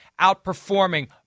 outperforming